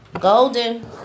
Golden